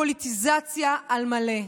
פוליטיזציה על מלא.